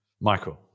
Michael